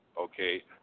okay